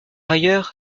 ailleurs